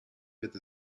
with